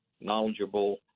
knowledgeable